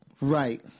Right